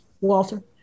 Walter